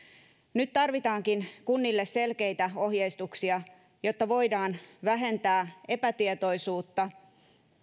nyt tarvitaankin kunnille selkeitä ohjeistuksia jotta voidaan vähentää epätietoisuutta